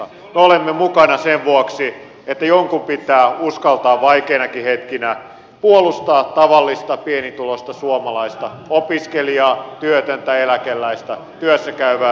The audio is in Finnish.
me olemme mukana sen vuoksi että jonkun pitää uskaltaa vaikeinakin hetkinä puolustaa tavallista pienituloista suomalaista opiskelijaa työtöntä eläkeläistä työssä käyvää pienyrittäjää